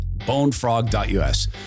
bonefrog.us